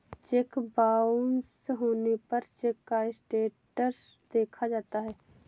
check bounce होने पर cheque का स्टेटस देखा जाता है